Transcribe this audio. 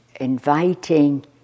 inviting